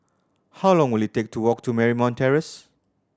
how long will it take to walk to Marymount Terrace